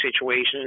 situations